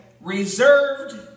reserved